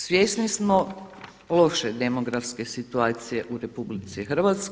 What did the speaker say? Svjesni smo loše demografske situacije u RH.